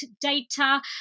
data